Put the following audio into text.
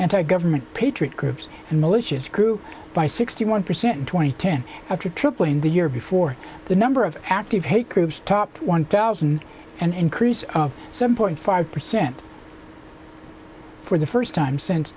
anti government patriot groups and militias grew by sixty one percent twenty ten after tripling the year before the number of active hate groups topped one thousand and increase some point five percent for the first time since